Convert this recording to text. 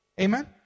Amen